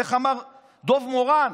איך אמר דב מורן,